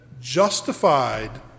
justified